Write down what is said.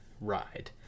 ride